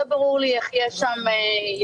לא ברור לי איך יש שם יתרות.